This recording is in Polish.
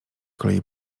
kolei